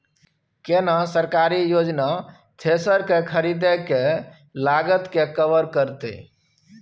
केना सरकारी योजना थ्रेसर के खरीदय के लागत के कवर करतय?